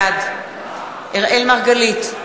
בעד אראל מרגלית,